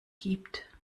gibt